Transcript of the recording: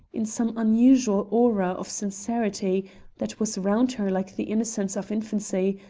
in some unusual aura of sincerity that was round her like the innocence of infancy,